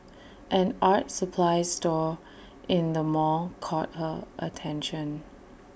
an art supplies store in the mall caught her attention